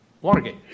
Watergate